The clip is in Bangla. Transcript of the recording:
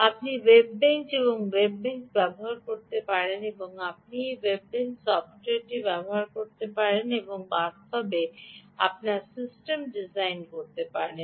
আপনি ওয়েবেঞ্চ এবং ওয়েবেঞ্চ ব্যবহার করতে পারেন আপনি এই ওয়েবেঞ্চ সফ্টওয়্যারটি ব্যবহার করতে পারেন এবং বাস্তবে আপনার সিস্টেমটি ডিজাইন করতে পারেন